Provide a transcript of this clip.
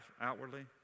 outwardly